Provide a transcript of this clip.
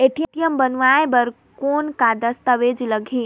ATM बनवाय बर कौन का दस्तावेज लगही?